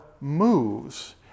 moves